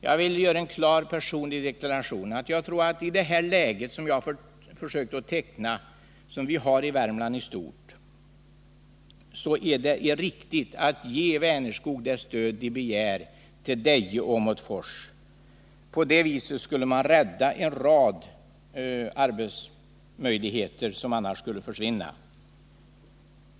Jag vill göra en klar personlig deklaration: I det läge som vi har i Värmland i stort och som jag har försökt teckna här tror jag att det är riktigt att ge Vänerskog det stöd man begär till Deje och Åmotfors. På det viset skulle vi rädda en rad arbetsmöjligheter som annars skulle försvinna.